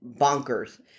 bonkers